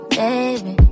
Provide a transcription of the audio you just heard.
baby